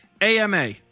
AMA